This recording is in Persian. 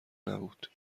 نبود